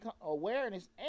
awareness